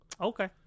Okay